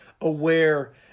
aware